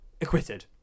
acquitted